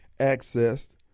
accessed